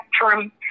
spectrum